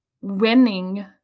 winning